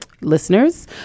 listeners